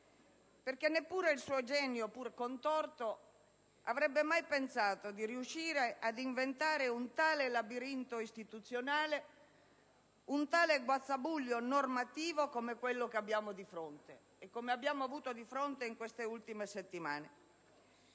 perché neppure il suo genio, pur contorto, avrebbe mai pensato di riuscire ad inventare un tale labirinto istituzionale, un tale guazzabuglio normativo come quello che abbiamo avuto di fronte oggi e nelle ultime settimane.